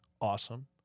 awesome